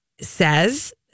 says